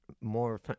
more